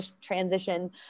transition